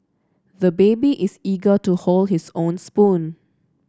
the baby is eager to hold his own spoon